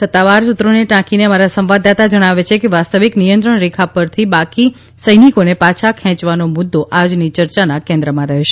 સત્તાવાર સૂત્રોને ટાંકીને અમારા સંવાદદાતા જણાવે છે કે વાસ્તવિક નિયંત્રણ રેખા પરથી બાકી સૈનિકોને પાછા ખેંચવાનો મુદ્દો આજની ચર્ચાના કેન્દ્રમાં રહેશે